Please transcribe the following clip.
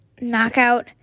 knockout